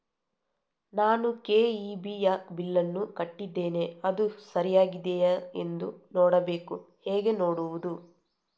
ನಾನು ಕೆ.ಇ.ಬಿ ಯ ಬಿಲ್ಲನ್ನು ಕಟ್ಟಿದ್ದೇನೆ, ಅದು ಸರಿಯಾಗಿದೆಯಾ ಎಂದು ನೋಡಬೇಕು ಹೇಗೆ ನೋಡುವುದು?